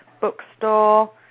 bookstore